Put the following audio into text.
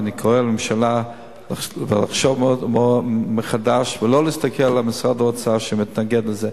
ואני קורא לממשלה לחשוב מחדש ולא להסתכל על משרד האוצר שמתנגד לזה.